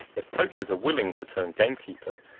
if poachers are willing to turn gamekeeper,